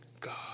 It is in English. God